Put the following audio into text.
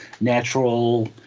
natural –